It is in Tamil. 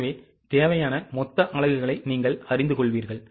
எனவே தேவையான மொத்த அலகுகளை நீங்கள் அறிந்து கொள்வீர்கள்